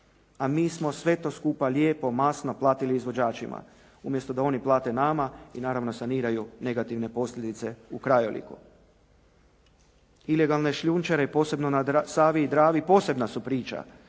a mi smo sve to skupa lijepo, masno platili izvođačima umjesto da oni plate nama i naravno saniraju negativne posljedice u krajoliku. Ilegalne šljunčare posebno na Savi i Dravi posebna su priča,